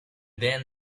then